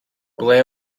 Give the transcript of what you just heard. ble